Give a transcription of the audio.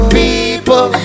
people